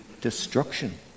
destruction